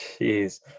Jeez